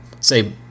say